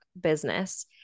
business